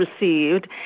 received